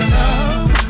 love